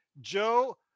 Joe